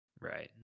Right